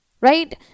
right